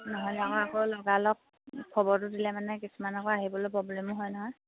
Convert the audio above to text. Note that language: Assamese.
ন'হলে আকৌ লগালগ খবৰটো দিলে মানে কিছুমানৰ আকৌ আহিবলৈ প্ৰব্লেমো হয় নহয়